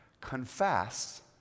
confess